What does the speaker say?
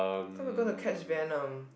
thought we're gonna catch venom